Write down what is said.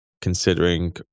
considering